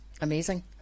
amazing